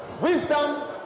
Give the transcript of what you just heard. wisdom